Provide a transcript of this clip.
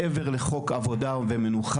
מעבר לקבוע בחוק שעות עבודה ומנוחה.